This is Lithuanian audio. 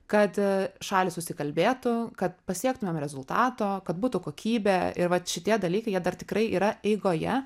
kad šalys susikalbėtų kad pasiektumėm rezultato kad būtų kokybė ir vat šitie dalykai jie dar tikrai yra eigoje